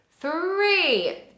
Three